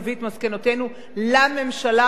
נביא את מסקנותינו לממשלה,